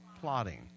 plotting